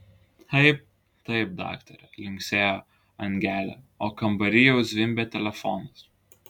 taip taip daktare linksėjo angelė o kambary jau zvimbė telefonas